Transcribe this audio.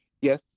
Yes